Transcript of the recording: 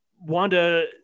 Wanda